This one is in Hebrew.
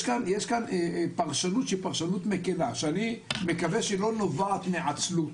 יש כאן פרשנות שהיא פרשנות מקלה שאני מקווה שהיא לא נובעת מעצלות,